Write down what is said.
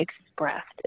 expressed